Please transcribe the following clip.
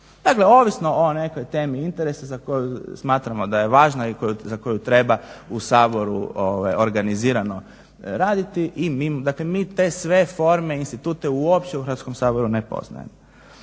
Dakle, ovisno o nekoj temi i interesu za koji smatramo da je važna i za koju treba u Saboru organizirano raditi dakle mi te sve forme i institute uopće u Hrvatskom saboru ne poznajemo.